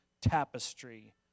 tapestry